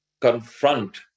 confront